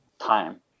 time